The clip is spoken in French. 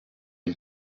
une